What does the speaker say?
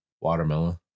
Watermelon